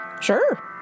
Sure